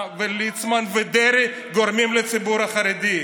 וליצמן ודרעי גורמים לציבור החרדי.